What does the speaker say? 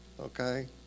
okay